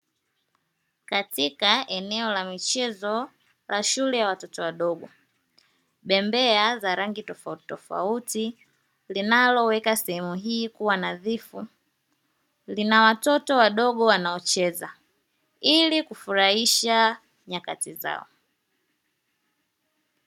Katika eneo la michezo la shule ya watoto wadogo, bembea za rangi tofauti tofauti linaoweka sehemu hii kuwa nadhifu lina watoto wadogo wanaocheza ili kufurahisha nyakati zao.